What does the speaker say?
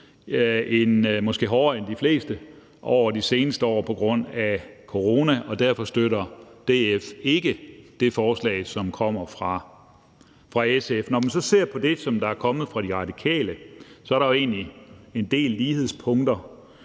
måske hårdere end de fleste for at overleve. Derfor støtter DF ikke det forslag, der kommer fra SF. Når man så ser på det, der er kommet fra De Radikale, er der egentlig en del lighedspunkter.